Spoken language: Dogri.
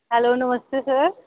hello namaste sir